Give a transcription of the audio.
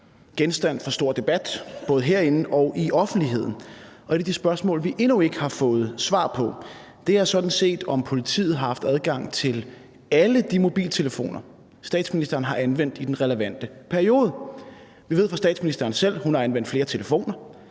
genstand for stor debat, både herinde og i offentligheden, og et af de spørgsmål, vi endnu ikke har fået svar på, er sådan set, om politiet har haft adgang til alle de mobiltelefoner, statsministeren har anvendt i den relevante periode. Vi ved fra statsministeren selv, at hun har anvendt flere telefoner.